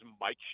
Mike